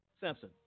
Simpson